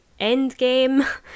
Endgame